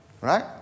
right